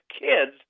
kids